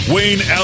Wayne